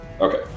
Okay